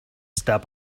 step